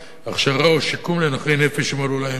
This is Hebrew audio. הכשרה או שיקום לנכי נפש שמלאו להם 18